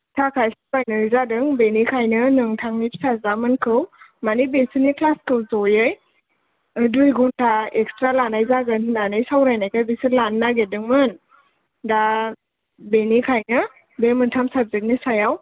थाखाय सावरायनाय जादों बेनिखायनो नोंथांनि फिसाज्लामोनखौ मानि बेसिनि क्लासखौ ज'यै दुइ घन्टा एक्सट्रा लानाय जागोन होननानै सावरायनायखाय बिसोर लानो नागिरदोंमोन दा बेनिखायनो बे मोनथाम साबजेकनि सायाव